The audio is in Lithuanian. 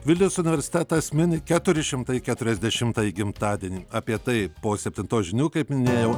vilniaus universitetas mini keturi šimtai keturiasdešimtąjį gimtadienį apie tai po septintos žinių kaip minėjau